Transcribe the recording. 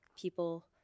people